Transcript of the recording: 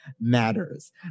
matters